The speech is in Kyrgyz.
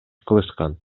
кылышкан